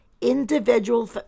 individual